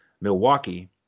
Milwaukee